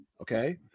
Okay